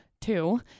two